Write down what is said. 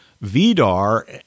Vidar